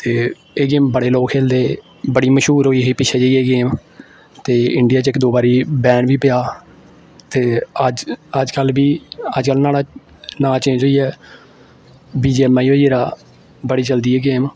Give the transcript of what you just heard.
ते एह् गेम बड़े लोक खेलदे बड़ी मश्हूर होई ही पिच्छें जेही एह् गेम ते इंडिया च इक दो बारी बैन बी पेआ ते अज्ज अज्जकल बी अज्जकल न्हाड़ा नांऽ चेंज होई गेआ बीजीएमआई होई गेदा बड़ी चलदी एह् गेम